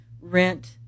rent